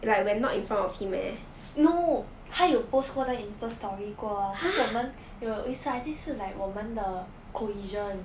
no 她有 post 过她 insta story 过但是我们有一次 I think 是 like 我们 the cohesion